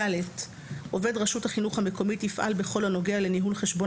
(ד) עובד רשות החינוך המקומית יפעל בכל הנוגע לניהול חשבון